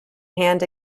hand